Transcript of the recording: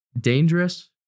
dangerous